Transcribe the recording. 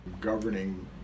governing